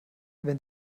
wenn